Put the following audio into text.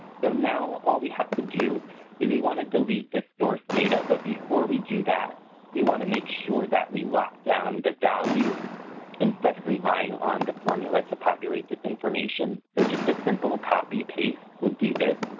so now all we have to do is we want to delete the source data but before we do that we want to make sure that we locked down the values instead of relying on the formula to populate this information. so just a symbol copy-paste would do this.